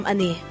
Ani